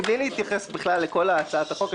מבלי להתייחס לכל הצעת החוק,